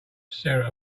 sarah